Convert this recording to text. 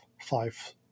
five